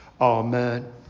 Amen